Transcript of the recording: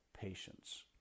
patience